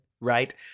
Right